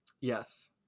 Yes